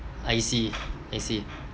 I see I see